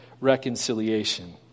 reconciliation